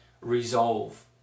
resolve